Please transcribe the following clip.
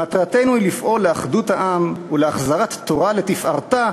מטרתנו היא לפעול לאחדות העם ולהחזרת תורה לתפארתה,